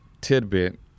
tidbit